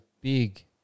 big